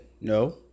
no